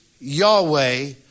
Yahweh